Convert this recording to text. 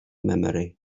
memory